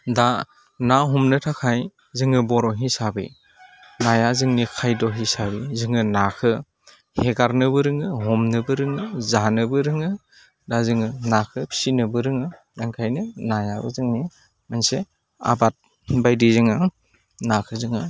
दा ना हमनो थाखाय जोङो बर' हिसाबै नाया जोंनि खायद' हिसाबै जोङो नाखौ हगारनोबो रोङो हमनोबो रोङो जानोबो रोङो दा जोङो नाखौ फिसिनोबो रोंङो ओंखायनो नायाबो जोंनि मोनसे आबाद बायदि जोङो नाखौ जोङो